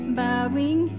bowing